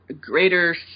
greater